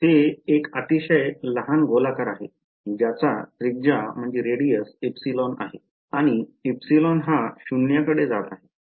हे एक अतिशय लहान गोलाकार आहे ज्याचा त्रिज्या ε आहे आणि εहा शुन्याकडे जात आहे